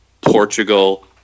Portugal